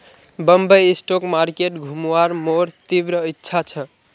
Bombay stock market घुमवार मोर तीव्र इच्छा छ